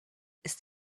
ist